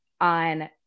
on